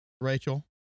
Rachel